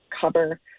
cover